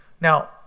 Now